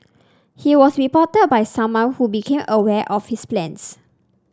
he was reported by someone who became aware of his plans